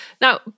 Now